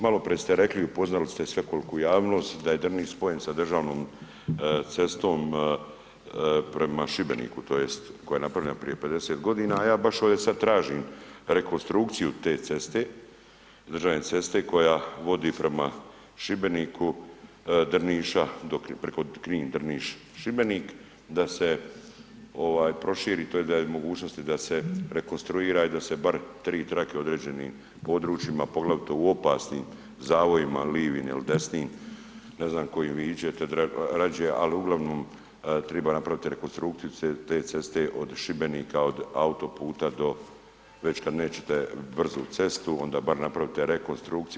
Maloprije ste rekli, upoznali ste svekoliku javnost da je Drniš spojen sa državnom cestom pre Šibeniku tj. koja je napravljena prije 50 g. a ja baš ovdje sad tražim rekonstrukciju te ceste, državne ceste koja vodi prema Šibeniku, Drniša preko Knin-Drniš-Šibenik da se proširi tj. da je mogućnost da se rekonstruira i da se bar 3 trake u određenim područjima poglavito u opasnim zavojima lijevim ili desnim, ne znam kojim vi idete radije ali uglavnom treba napraviti rekonstrukciju te ceste od Šibenika od autoputa već kad nećete brzu cestu onda bar napravite rekonstrukciju.